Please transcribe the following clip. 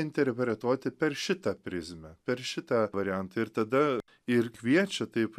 interpretuoti per šitą prizmę per šitą variantą ir tada ir kviečia taip